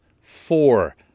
four